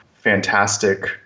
fantastic